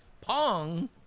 Pong